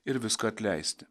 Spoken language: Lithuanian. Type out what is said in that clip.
ir viską atleisti